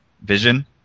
vision